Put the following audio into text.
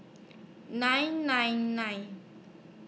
nine nine nine